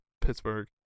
Pittsburgh